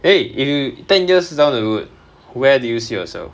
eh if you ten years down the road where do you see yourself